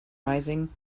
rising